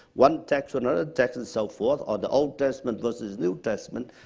one text to another text and so forth on the old testament versus new testament,